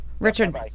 Richard